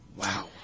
Wow